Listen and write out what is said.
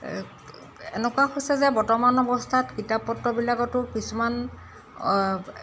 এনেকুৱা হৈছে যে বৰ্তমান অৱস্থাত কিতাপ পত্ৰবিলাকতো কিছুমান